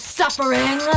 suffering